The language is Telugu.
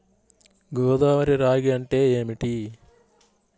గోదావరి రాగి అంటే ఏమిటి?